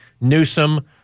Newsom